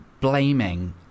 blaming